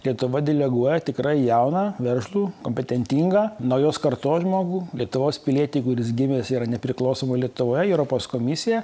lietuva deleguoja tikrai jauną veržlų kompetentingą naujos kartos žmogų lietuvos pilietį kuris gimęs yra nepriklausomoj lietuvoj į europos komisiją